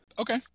Okay